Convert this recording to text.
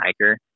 hiker